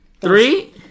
Three